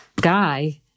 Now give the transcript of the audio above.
guy